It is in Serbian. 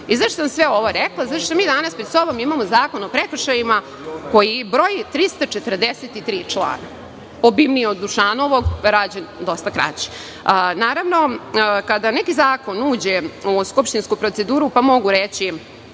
član.Zašto sam sve ovo rekla? Zato što mi danas pred sobom imamo Zakon o prekršajima koji broji 343 člana, obimniji je od Dušanovog a rađen dosta kraće. Naravno, kada neki zakon uđe u skupštinsku proceduru pa, mogu reći,